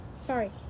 Sorry